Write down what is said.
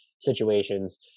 situations